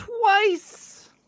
twice